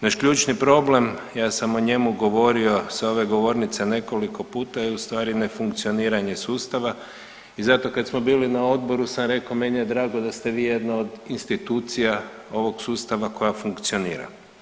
Naš ključni problem, ja sam o njemu govorio sa ove govornice nekoliko puta je u stvari nefunkcioniranje sustava i zato kad smo bili na odboru sam reko meni je drago da ste vi jedna od institucija ovog sustava koja funkcionira.